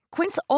Quince